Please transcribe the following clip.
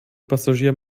passagier